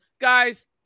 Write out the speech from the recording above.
guys